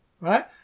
Right